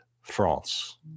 France